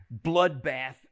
bloodbath